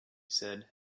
said